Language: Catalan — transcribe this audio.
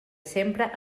sempre